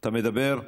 אתה מדבר?